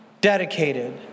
dedicated